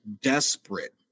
desperate